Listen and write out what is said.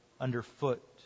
underfoot